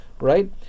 Right